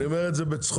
אני אומר את זה בצחוק.